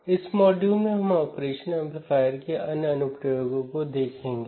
और इस में हम एक इंस्ट्रूमेंटेशन एम्पलीफायर को देखेंगे